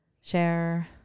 share